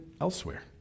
elsewhere